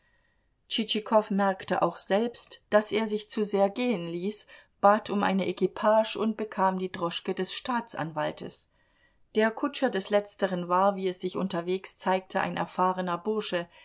tschitschikow merkte auch selbst daß er sich zu sehr gehen ließ bat um eine equipage und bekam die droschke des staatsanwaltes der kutscher des letzteren war wie es sich unterwegs zeigte ein erfahrener bursche